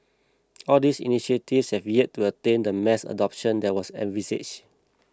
all these initiatives have yet to attain the mass adoption that was envisaged